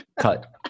Cut